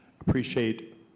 Appreciate